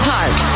Park